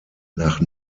nach